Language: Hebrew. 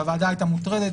והוועדה הייתה מוטרדת.